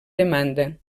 demanda